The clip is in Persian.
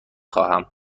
خواهم